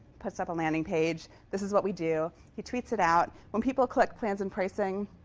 puts up a landing page. this is what we do. he tweets it out. when people click plans and pricing,